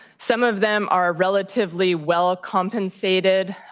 some of them are relatively well compensated